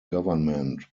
government